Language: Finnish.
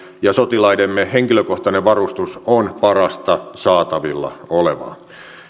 ja sotilaidemme henkilökohtainen varustus on parasta saatavilla olevaa